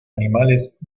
animales